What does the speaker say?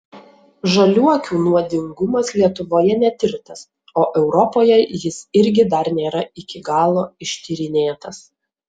žaliuokių nuodingumas lietuvoje netirtas o europoje jis irgi dar nėra iki galo ištyrinėtas